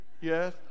yes